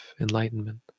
enlightenment